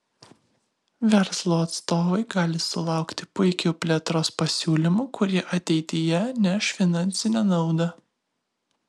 verslo atstovai gali sulaukti puikių plėtros pasiūlymų kurie ateityje neš finansinę naudą